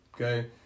Okay